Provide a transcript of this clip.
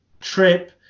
trip